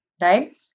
right